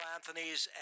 Anthony's